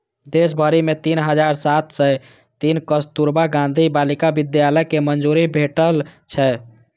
देश भरि मे तीन हजार सात सय तीन कस्तुरबा गांधी बालिका विद्यालय कें मंजूरी भेटल छै